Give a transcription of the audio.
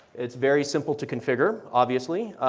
it is very simple to configure obviously.